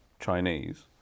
Chinese